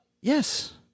Yes